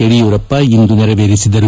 ಯಡಿಯೂರಪ್ಪ ಇಂದು ನೆರವೇರಿಸಿದರು